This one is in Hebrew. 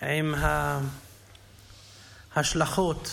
עם ההשלכות החברתיות,